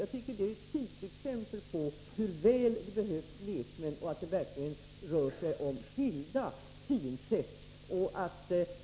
Jag tycker att det är ett typexempel på hur väl det behövs lekmän och att det verkligen rör sig om skilda synsätt.